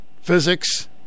physics